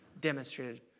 demonstrated